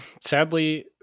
sadly